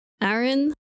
Aaron